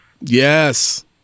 Yes